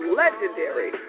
legendary